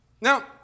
Now